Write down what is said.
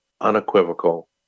unequivocal